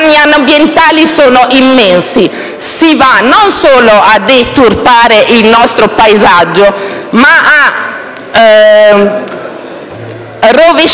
i danni ambientali sono immensi: si va non solo a deturpare il paesaggio ma anche a rovesciare